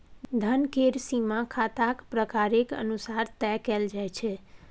धन केर सीमा खाताक प्रकारेक अनुसार तय कएल जाइत छै